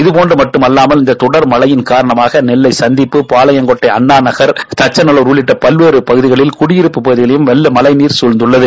இதுபோன்று மட்டுமல்லாமல் தொடர்மழை காரணமாக நெல்லை சந்திப்பு பாளையங்கோட்டை அண்ணாநகர் தச்ச நவ்லூர் உள்ளிட்ட பல்வேறு பகுதிகளில் குடியிருப்புப் பகுதிகளில் வெள்ள மழை நீர் சூழ்ந்துள்ளது